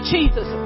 Jesus